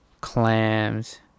clams